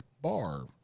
bar